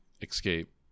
escape